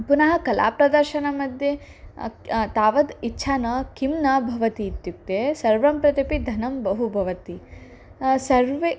पुनः कलाप्रदर्शनमध्ये तावत् इच्छा न किं न भवति इत्युक्ते सर्वं प्रत्यपि धनं बहु भवति सर्वे